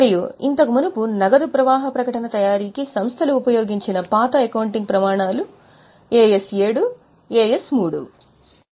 మరియు ఇంతకు మునుపు నగదు ప్రవాహ ప్రకటన తయారీకి సంస్థలు ఉపయోగించిన పాత అకౌంటింగ్ ప్రమాణాలు AS 7 AS 3